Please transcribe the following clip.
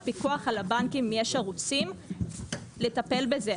לפיקוח על הבנקים יש ערוצים לטפל בזה.